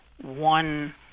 one